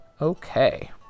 Okay